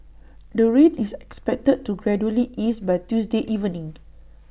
the rain is expected to gradually ease by Tuesday evening